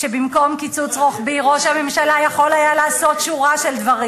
שבמקום קיצוץ רוחבי ראש הממשלה יכול היה לעשות שורה של דברים.